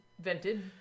vented